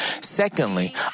Secondly